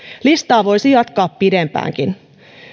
listaa voisi jatkaa pidempäänkin